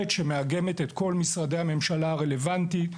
שמאגמת את כל משרדי הממשלה הרלבנטיים,